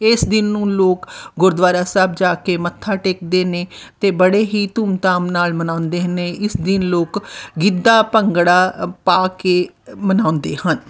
ਇਸ ਦਿਨ ਨੂੰ ਲੋਕ ਗੁਰਦੁਆਰਾ ਸਾਹਿਬ ਜਾ ਕੇ ਮੱਥਾ ਟੇਕਦੇ ਨੇ ਅਤੇ ਬੜੇ ਹੀ ਧੂਮਧਾਮ ਨਾਲ ਮਨਾਉਂਦੇ ਨੇ ਇਸ ਦਿਨ ਲੋਕ ਗਿੱਧਾ ਭੰਗੜਾ ਪਾ ਕੇ ਮਨਾਉਂਦੇ ਹਨ